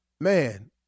man